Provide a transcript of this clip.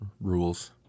rules